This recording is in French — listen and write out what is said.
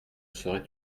serait